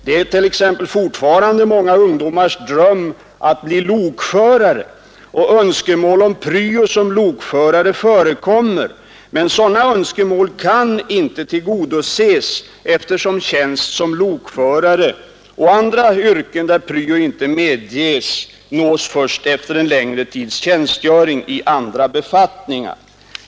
Det är t.ex. fortfarande många ungdomars dröm att bli lokförare och önskemål om pryo som lokförare förekommer, men sådana önskemål kan inte tillgodoses eftersom tjänst som lokförare och i andra yrken där pryo inte medges nås först efter en längre tids tjänstgöring i andra befattningar.